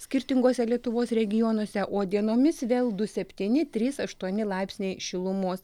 skirtinguose lietuvos regionuose o dienomis vėl du septyni trys aštuoni laipsniai šilumos